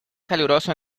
caluroso